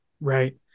right